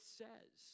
says